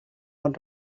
bon